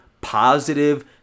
positive